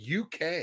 UK